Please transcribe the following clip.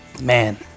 Man